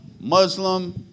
Muslim